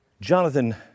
Jonathan